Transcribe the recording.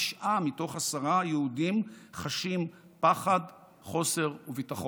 תשעה מתוך עשרה יהודים בארצות הברית חשים פחד וחוסר ביטחון.